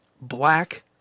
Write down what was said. Black